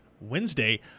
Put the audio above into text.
Wednesday